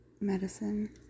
medicine